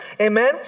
Amen